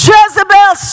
Jezebel